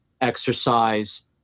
exercise